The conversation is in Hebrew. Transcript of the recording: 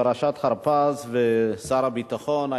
פרשת הרפז ושר הביטחון,